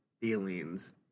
feelings